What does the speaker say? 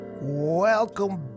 Welcome